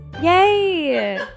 Yay